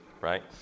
right